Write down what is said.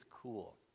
cool